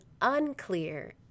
unclear